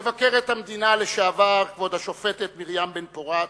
מבקרת המדינה לשעבר, כבוד השופטת מרים בן-פורת,